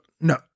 no